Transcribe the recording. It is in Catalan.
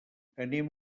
anem